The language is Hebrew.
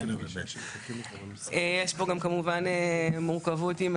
כמובן, יש פה גם מורכבות.